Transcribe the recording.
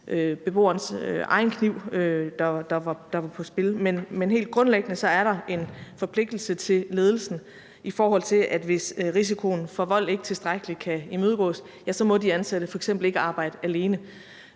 beboerens egen kniv, der var i spil, men helt grundlæggende er der en forpligtelse for ledelsen, i forhold til at hvis risikoen for vold ikke tilstrækkeligt kan imødegås, må de ansatte f.eks. ikke arbejde alene.